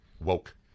woke